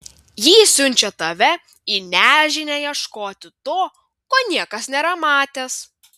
ji siunčia tave į nežinią ieškoti to ko niekas nėra matęs